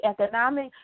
economic